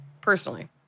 personally